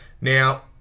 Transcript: Now